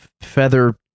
feather